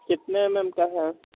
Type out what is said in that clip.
कितने M M का है